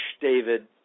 David